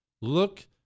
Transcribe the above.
Look